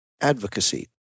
advocacy